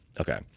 okay